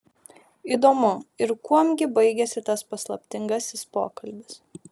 įdomu ir kuom gi baigėsi tas paslaptingasis pokalbis